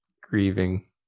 grieving